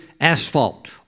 asphalt